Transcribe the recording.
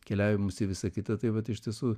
keliavimus į visą kitą tai vat ištisų